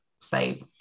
say